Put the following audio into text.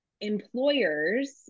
employers